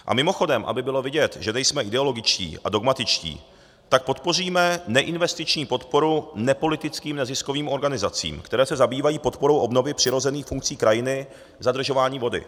A mimochodem, aby bylo vidět, že nejsme ideologičtí a dogmatičtí, tak podpoříme neinvestiční podporu nepolitickým neziskovým organizacím, které se zabývají podporou obnovy přirozených funkcí krajiny v zadržování vody.